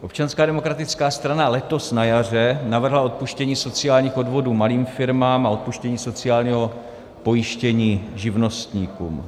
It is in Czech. Občanská demokratická strana letos na jaře navrhla odpuštění sociálních odvodů malým firmám a odpuštění sociálního pojištění živnostníkům.